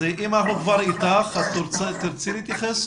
אם אנחנו אתך, תרצי להתייחס